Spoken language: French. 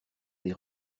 les